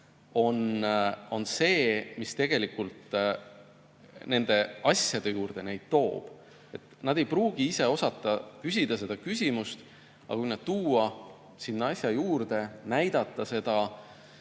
on see, mis tegelikult nende asjade juurde neid toob. Nad ei pruugi ise osata küsida seda küsimust, aga kui nad tuua sinna asja juurde, näidata seda,